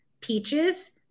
peaches